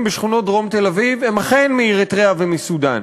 בשכונות דרום תל-אביב הם אכן מאריתריאה ומסודאן.